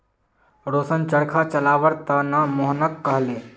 रोशन चरखा चलव्वार त न मोहनक कहले